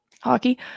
Hockey